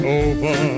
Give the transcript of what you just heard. over